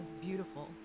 beautiful